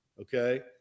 Okay